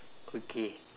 okay